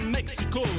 Mexico